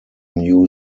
new